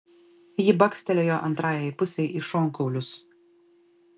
ji bakstelėjo antrajai pusei į šonkaulius